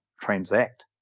transact